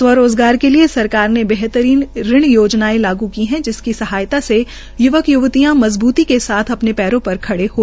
स्वरोज़गार के लिए सरकार ने बेहतरीन ऋण योजनायें लागू की है जिसकी सहायता य्वा य्वतियां मजबूती के साथ अपने पैरो पर खड़े हो सकते है